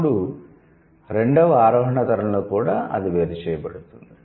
అప్పుడు రెండవ ఆరోహణ తరంలో కూడా అది వేరు చేయబడుతుంది